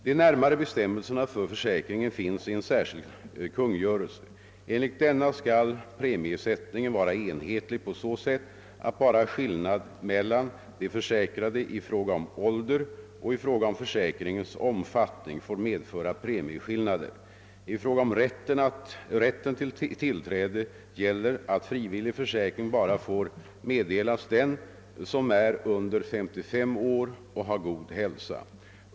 De närmare bestämmelserna för försäkringen finns i en särskild kungörelse. Enligt denna skall premiesättningen vara enhetlig på så sätt, att bara skillnad mellan de försäkrade i fråga om ålder och i fråga om försäkringens omfattning får medföra premieskillnader. I fråga om rätten till inträde gäller att frivillig försäkring bara får meddelas den som är under 55 år och har god hälsa.